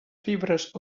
fibres